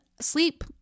sleep